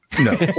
No